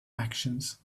actions